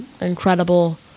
incredible